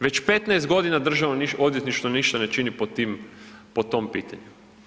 Već 15 godina Državno odvjetništvo ništa ne čini po tim, po tom pitanju.